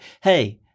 Hey